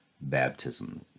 baptism